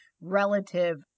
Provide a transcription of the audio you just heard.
relative